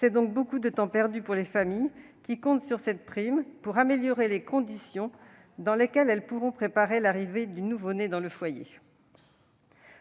déplorons donc le temps perdu pour les familles qui comptent sur cette prime pour améliorer les conditions dans lesquelles elles pourront préparer l'arrivée du nouveau-né dans le foyer.